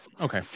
okay